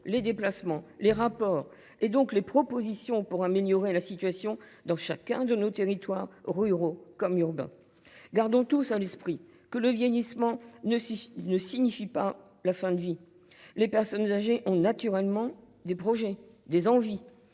les déplacements, les rapports, donc les propositions pour améliorer la situation dans chacun de nos territoires, ruraux comme urbains. Gardons tous à l’esprit que le vieillissement ne signifie pas la fin de la vie : les personnes âgées ont naturellement des projets, des envies.